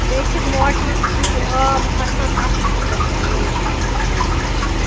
بیٚیہِ چھِ موٹر ہیٚور آب کھَسان تَتھ تہِ چھِ گَژھان لیٖک أکِس دۅن جایَن